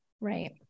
Right